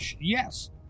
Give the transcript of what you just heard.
Yes